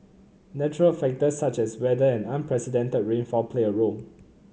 natural factors such as weather and unprecedented rainfall play a role